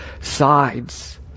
sides